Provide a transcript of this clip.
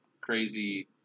crazy